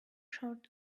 shirt